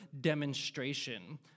demonstration